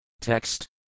Text